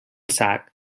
sac